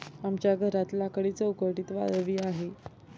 आमच्या घरात लाकडी चौकटीत वाळवी आहे